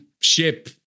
ship